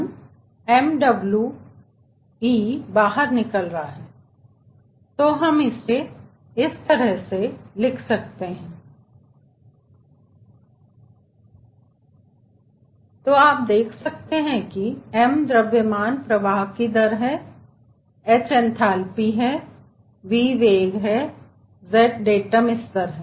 यदि हम पिछले समीकरण के बारे में सोचते हैं तो हम लिख सकते हैं m ai hai Vai22 gZai m wi hwi Vwi22 gZwi Q W m ae hae Vae22 gZae m we hwe Vwe22 gZwe तो आप देख रहे हैं कि m द्रव्यमान प्रवाह की दर है और एच आंत्रशोथ है वी वेग है जेड डेटम स्तर है